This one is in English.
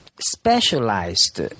specialized